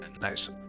Nice